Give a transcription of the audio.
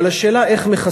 אבל השאלה היא איך מכסים,